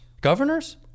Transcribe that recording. governors